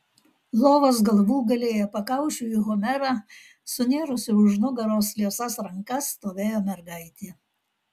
lovos galvūgalyje pakaušiu į homerą sunėrusi už nugaros liesas rankas stovėjo mergaitė